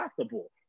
possible